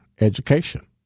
education